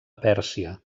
pèrsia